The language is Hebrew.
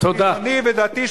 חילוני ודתי,